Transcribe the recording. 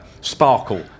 sparkle